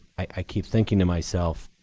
i keep thinking to myself,